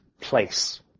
place